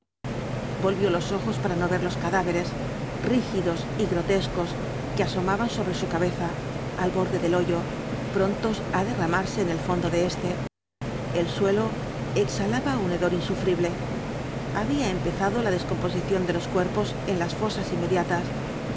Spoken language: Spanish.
volvió los ojos para no ver los cadáveres rígidos y grotescos que asomaban sobre su cabeza al borde del hoyo prontos á derramarse en el fondo de éste el suelo exhalaba un hedor insufrible había empezado la descomposición de los cuerpos en las fosas inmediatas